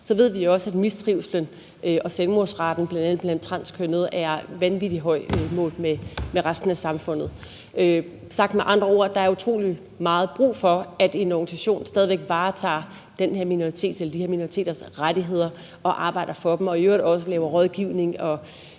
så ved vi også, at mistrivslen og selvmordsraten bl.a. blandt transkønnede er vanvittig høj målt i forhold til resten af samfundet. Sagt med andre ord er der utrolig meget brug for, at en organisation stadig væk varetager de her minoriteters rettigheder og arbejder for dem og i øvrigt også laver rådgivning og